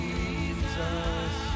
Jesus